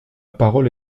parole